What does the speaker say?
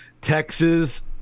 Texas